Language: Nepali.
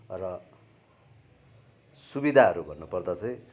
र सुविधाहरू भन्नुपर्दा चाहिँ